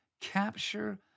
capture